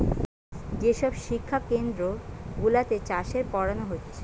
যে সব শিক্ষা কেন্দ্র গুলাতে চাষের পোড়ানা হচ্ছে